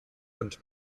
und